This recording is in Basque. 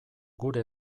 gure